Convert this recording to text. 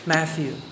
Matthew